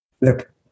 look